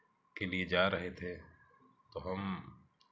के लिए जा रहे थे तो हम